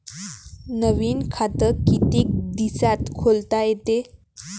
नवीन खात कितीक दिसात खोलता येते?